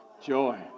Joy